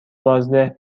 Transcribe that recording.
بازده